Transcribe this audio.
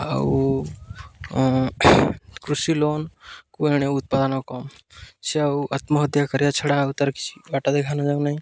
ଆଉ କୃଷି ଲୋନକୁ ଆଣେ ଉତ୍ପାଦନ କମ୍ ସେ ଆଉ ଆତ୍ମହତ୍ୟା କରିବାଆ ଛଡ଼ା ଆଉ ତାର କିଛି ବାଟା ଦେଖାନ ନ ଯାଉ ନାହିଁ